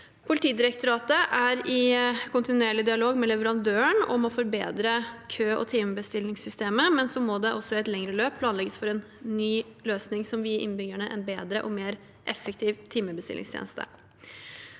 Politidirektoratet er i kontinuerlig dialog med leverandøren om å forbedre kø- og timebestillingssystemet. I et lengre løp må det også planlegges for en ny løsning som gir innbyggerne en bedre og mer effektiv timebestillingstjeneste.